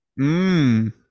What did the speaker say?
Mmm